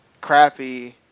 crappy